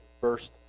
first